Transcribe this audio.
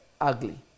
ugly